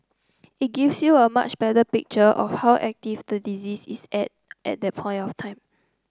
it gives you a much better picture of how active the disease is at at that point of time